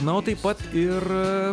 na o taip pat ir